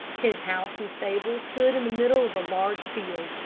his house and stable stood in the middle of a large field,